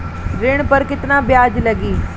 ऋण पर केतना ब्याज लगी?